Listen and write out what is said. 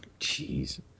Jeez